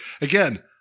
again